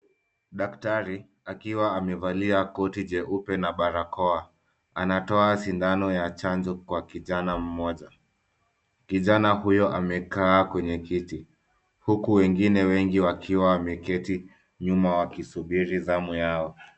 Daktari akiwa amevalia koti jeupe na barakoa. Anatoa sindano ya chanjo kwa kijana mmoja. Kijana huyo amekaa huku wengine wengi wakiwa wameketi nyuma wakingoja zamu zao.